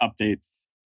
updates